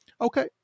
Okay